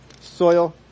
soil